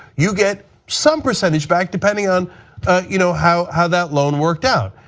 you get some percentage back depending on you know how how that loan worked out.